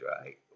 right